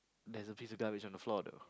there's a piece of garbage on the floor though